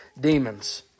demons